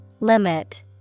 Limit